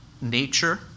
nature